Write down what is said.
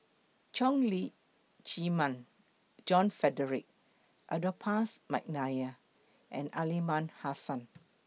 Leong Lee Chee Mun John Frederick Adolphus Mcnair and Aliman Hassan